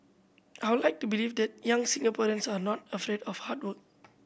I would like to believe that young Singaporeans are not afraid of hard work